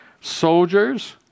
Soldiers